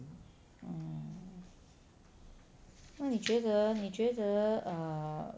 oh 那你觉得你觉得 err